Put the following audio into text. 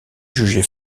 jugée